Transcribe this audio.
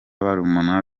barumuna